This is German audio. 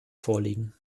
vorliegen